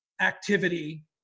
activity